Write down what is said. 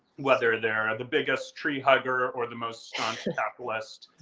whether they're and the biggest tree-hugger or the most staunch capitalist,